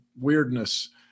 weirdness